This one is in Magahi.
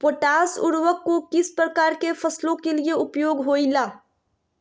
पोटास उर्वरक को किस प्रकार के फसलों के लिए उपयोग होईला?